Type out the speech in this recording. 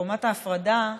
חומת ההפרדה,